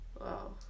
Wow